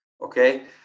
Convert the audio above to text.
okay